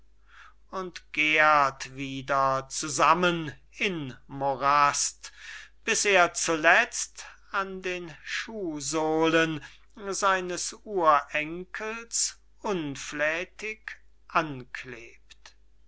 und gährt wieder zusammen in morast bis er zuletzt an den schuhsohlen seines urenkels unflätig anklebt